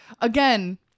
Again